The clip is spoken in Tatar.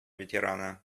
ветераны